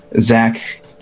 Zach